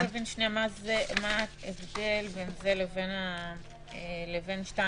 מה ההבדל בין זה לבין 2?